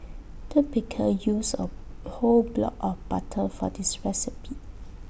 the baker used A whole block of butter for this recipe